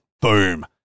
Boom